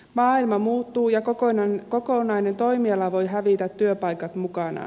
maailma muuttuu ja kokonainen toimiala voi hävitä työpaikat mukanaan